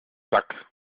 zack